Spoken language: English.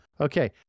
Okay